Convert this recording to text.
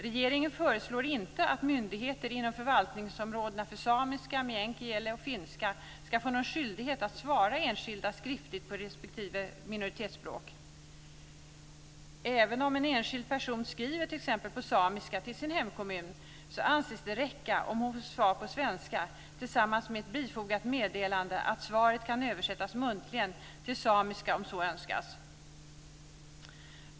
Regeringen föreslår inte att myndigheter inom förvaltningsområdena för samiska, meänkieli och finska ska få någon skyldighet att svara enskilda skriftligt på respektive minoritetsspråk. Även om en enskild person skriver t.ex. på samiska till sin hemkommun anses det räcka om hon får svar på svenska tillsammans med ett bifogat meddelande att svaret kan översättas muntligen till samiska om så önskas.